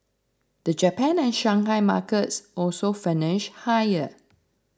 the Japan and Shanghai markets also finished higher